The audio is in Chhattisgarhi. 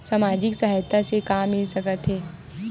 सामाजिक सहायता से का मिल सकत हे?